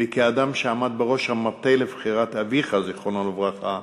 וכאדם שעמד בראש המטה לבחירת אביך, זיכרונו לברכה,